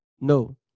no